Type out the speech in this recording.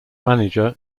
manager